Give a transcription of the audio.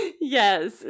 Yes